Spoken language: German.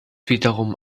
wiederum